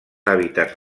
hàbitats